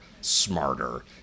smarter